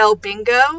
bingo